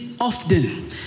Often